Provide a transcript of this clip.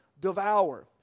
devour